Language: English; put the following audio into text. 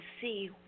see